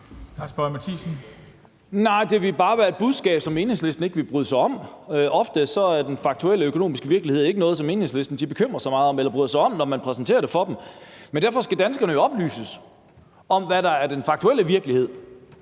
det ville bare være et budskab, som Enhedslisten ikke ville bryde sig om. Ofte er den faktuelle økonomiske virkelighed ikke noget, som Enhedslisten bekymrer sig meget om eller bryder sig om, når man præsenterer den for dem. Men derfor skal danskerne jo oplyses om, hvad der er den faktuelle virkelighed,